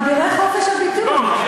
אבירי חופש הביטוי.